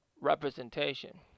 representation